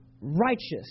righteous